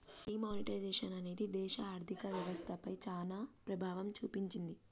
D monetisation అనేది దేశ ఆర్ధిక వ్యవస్థ పైన చానా ప్రభావం చూపించింది